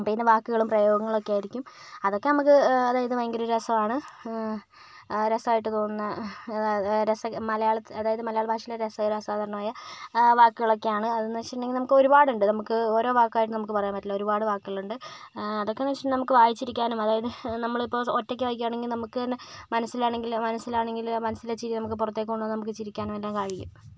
പിന്നെ വാക്കുകളും പ്രയോഗങ്ങളൊക്കെ ആയിരിക്കും അതൊക്കെ നമുക്ക് അതായത് ഭയങ്കര രസമാണ് രസമായിട്ട് തോന്നുന്ന രസ മലയാളത്തിൽ അതായത് മലയാള ഭാഷയിൽ രസകരമായ വാക്കുകൾ ഒക്കെയാണ് അത് എന്ന് വെച്ചിട്ടുണ്ടെങ്കിൽ നമുക്ക് ഒരുപാട് ഉണ്ട് നമുക്ക് ഓരോ വാക്കായിട്ട് നമുക്ക് പറയാം ഒരുപാട് വാക്കുകളുണ്ട് അതൊക്കെ എന്ന് വെച്ചിട്ടുണ്ടെങ്കിൽ നമുക്ക് വായിച്ച് ഇരിക്കാനും അതായത് നമ്മൾ ഇപ്പോൾ ഒറ്റക്കൊക്കെ ആണെങ്കിൽ നമുക്ക് തന്നെ മനസ്സിലാണെങ്കിൽ മനസ്സിലാണെങ്കിൽ മനസ്സിലെ ചിരി നമുക്ക് പുറത്തേക്ക് നമുക്ക് ചിരിക്കാനും എല്ലാം കഴിയും